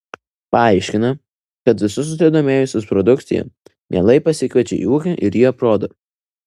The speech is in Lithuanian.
paaiškina kad visus susidomėjusius produkcija mielai pasikviečia į ūkį ir jį aprodo